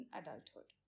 adulthood